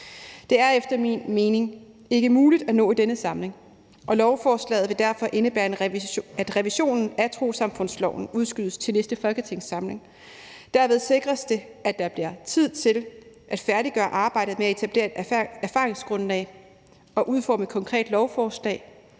Det er efter min mening ikke muligt at nå i denne samling, og lovforslaget vil derfor indebære, at revisionen af trossamfundsloven udskydes til næste folketingssamling. Derved sikres det, at der bliver tid til at færdiggøre arbejdet med at etablere et erfaringsgrundlag og udforme et konkret lovforslag